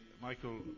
Michael